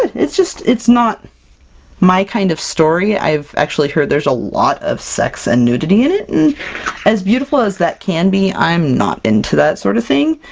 it's just it's not my kind of story. i've actually heard there's a lot of sex and nudity in it, and as beautiful as that can be, i'm not into that sort of thing.